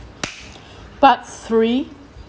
part three